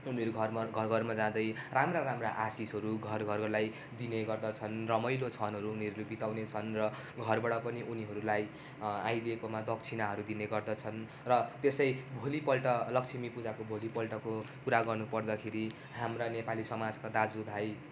उनीहरू घर मर घर घरमा जाँदै राम्रा राम्रा आशिषहरू घर घरहरूलाई दिने गर्दछन् रमाइलो क्षणहरू उनीहरूले बिताउने छन् र घरबाट पनि उनीहरूलाई आइदिएकोमा दक्षिणाहरू दिने गर्दछन् र त्यसै भोलिपल्ट लक्ष्मी पूजाको भोलिपल्टको कुरा गर्नु पर्दाखेरि हाम्रा नेपाली समाजका दाजु भाइ